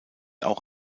auch